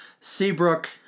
Seabrook